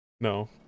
No